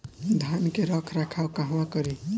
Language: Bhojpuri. धान के रख रखाव कहवा करी?